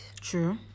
true